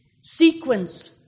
Sequence